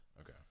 Okay